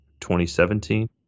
2017